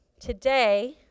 Today